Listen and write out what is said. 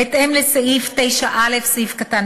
בהתאם לסעיף 9(א)(8)